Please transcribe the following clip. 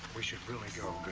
we should really go.